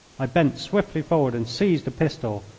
i bent swiftly forward and seized a pistol,